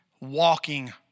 walking